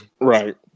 Right